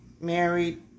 Married